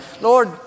lord